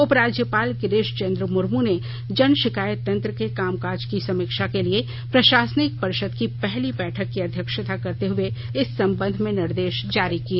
उपराज्यपाल गिरिश चंद्र मूर्म ने जनशिकायत तंत्र के कामकाज की समीक्षा के लिए प्रशासनिक परिषद की पहली बैठक की अध्यक्षता करते हुए इस संबंध में निर्देश जारी किए